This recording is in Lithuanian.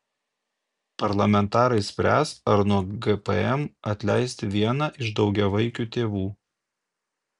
parlamentarai spręs ar nuo gpm atleisti vieną iš daugiavaikių tėvų